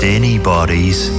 anybody's